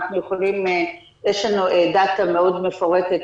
יש לנו דאטה מאוד מפורטת,